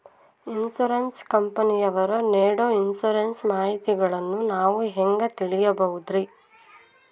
Insurance ಕಂಪನಿಯವರು ನೇಡೊ insurance ಮಾಹಿತಿಗಳನ್ನು ನಾವು ಹೆಂಗ ತಿಳಿಬಹುದ್ರಿ?